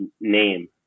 name